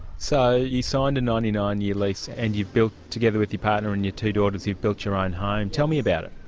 so you signed a ninety nine year lease and you built, together with your partner and your two daughters, you've built your own home. tell me about it.